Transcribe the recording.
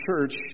church